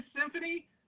symphony